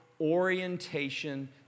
orientation